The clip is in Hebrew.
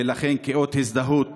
ולכן, כאות הזדהות